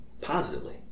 positively